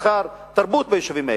מסחר ותרבות ביישובים האלה.